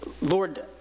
Lord